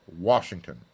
Washington